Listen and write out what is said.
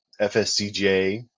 FSCJ